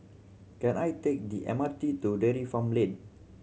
can I take the M R T to Dairy Farm Lane